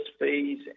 fees